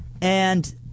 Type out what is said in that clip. and-